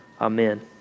Amen